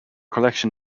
collection